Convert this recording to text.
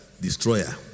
destroyer